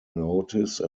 notice